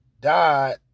died